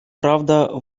правда